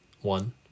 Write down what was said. One